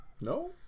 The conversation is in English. No